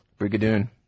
Brigadoon